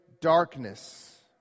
darkness